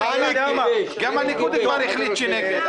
גם הליכוד כבר החליט שהוא נגד.